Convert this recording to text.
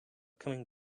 coming